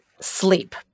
sleep